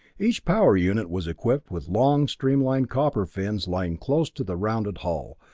each power unit was equipped with long streamlined copper fins lying close to the rounded hull,